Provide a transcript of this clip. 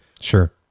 Sure